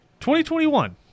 2021